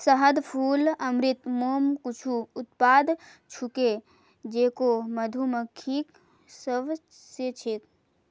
शहद, फूल अमृत, मोम कुछू उत्पाद छूके जेको मधुमक्खि स व स छेक